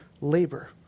labor